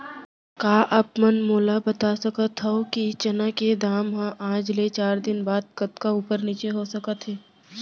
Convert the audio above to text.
का आप मन मोला बता सकथव कि चना के दाम हा आज ले चार दिन बाद कतका ऊपर नीचे हो सकथे?